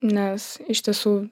nes iš tiesų